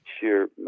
sheer